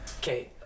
Okay